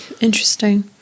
Interesting